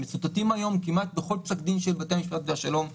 הם מצוטטים היום כמעט בכל פסק דין של בתי משפט השלום והמחוזיים.